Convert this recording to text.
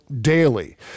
daily